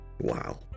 wow